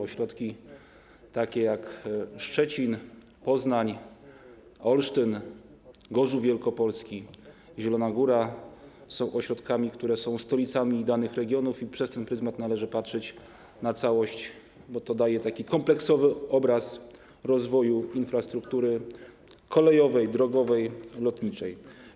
Ośrodki takie jak Szczecin, Poznań, Olsztyn, Gorzów Wielkopolski, Zielona Góra są ośrodkami, które są stolicami danych regionów i przez ten pryzmat należy patrzeć na całość, bo to daje taki kompleksowy obraz rozwoju infrastruktury kolejowej, drogowej i lotniczej.